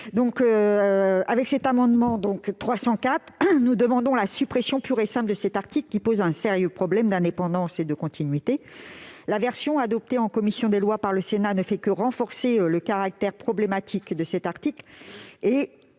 n° 304 rectifié, nous demandons la suppression pure et simple de l'article 59, qui pose un sérieux problème d'indépendance et de continuité. La version adoptée par notre commission des lois ne fait que renforcer le caractère problématique de cet article